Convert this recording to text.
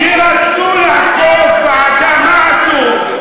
כשרצו לעקוף ועדה, מה עשו?